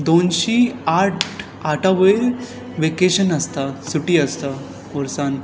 दोनशी आठ आठा वयर वॅकेशन आसता सुटी आसा वर्सांत